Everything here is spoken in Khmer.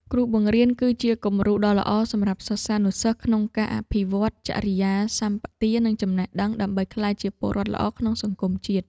គ្រូបង្រៀន គឺជាគំរូដ៏ល្អសម្រាប់សិស្សានុសិស្សក្នុងការអភិវឌ្ឍចរិយាសម្បទានិងចំណេះដឹង ដើម្បីក្លាយជាពលរដ្ឋល្អក្នុងសង្គមជាតិ។